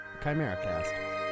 ChimeraCast